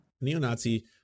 neo-nazi